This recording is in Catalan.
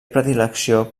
predilecció